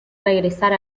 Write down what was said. regresar